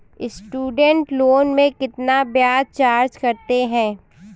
Student loan में कितना ब्याज चार्ज करते हैं?